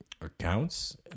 accounts